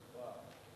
עינת, היום את פעילה.